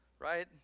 right